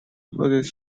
jose